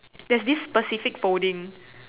there's this specific folding